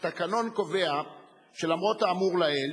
קובע שלמרות האמור לעיל,